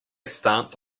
stance